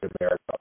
America